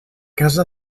casa